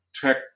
tech